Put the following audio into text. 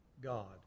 God